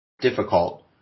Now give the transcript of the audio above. difficult